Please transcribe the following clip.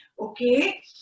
Okay